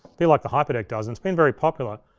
be like the hyperdeck does, and it's been very popular.